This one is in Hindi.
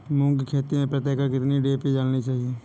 मूंग की खेती में प्रति एकड़ कितनी डी.ए.पी डालनी चाहिए?